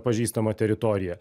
pažįstama teritorija